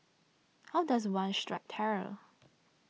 how does one strike terror